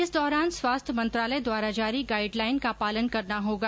इस दौरान स्वास्थ्य मंत्रालय द्वारा जारी गाइड लाइन का पालन करना होगा